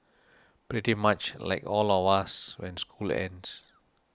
pretty much like all of us when school ends